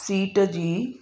seat जी